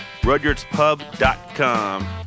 Rudyardspub.com